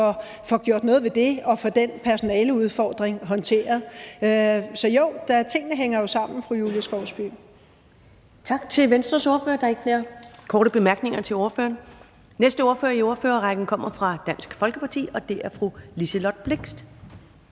får gjort noget ved det og får den personaleudfordring håndteret. Så jo, tingene hænger jo sammen, fru Julie Skovsby. Kl. 13:23 Første næstformand (Karen Ellemann): Tak til Venstres ordfører. Der er ikke flere korte bemærkninger til ordføreren. Næste ordfører i ordførerrækken kommer fra Dansk Folkeparti, og det er fru Liselott Blixt.